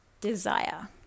desire